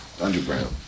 underground